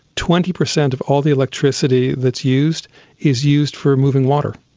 twenty percent of all the electricity that's used is used for moving water,